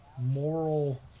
moral